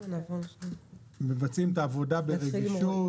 מבצעים את העבודה ברגישות